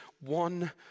one